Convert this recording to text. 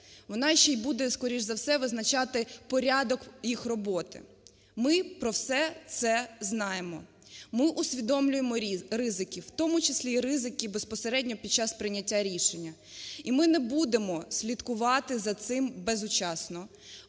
вона ще буде, скоріше за все, визначати порядок їх роботи. Ми про все це знаємо. Ми усвідомлюємо ризики, у тому числі ризики безпосередньо під час прийняття рішення. І ми не будемо слідкувати за цимбезучасно.